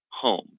home